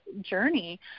journey